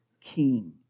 king